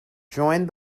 joined